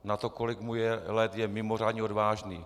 Na to, kolik mu je let, je mimořádně odvážný.